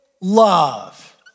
love